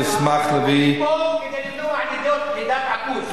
אני אשמח להביא --- אני פה כדי למנוע לידת עכוז.